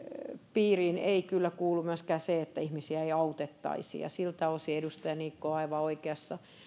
piiriin ei kyllä kuulu myöskään se että ihmisiä ei autettaisi ja siltä osin edustaja niikko on aivan oikeassa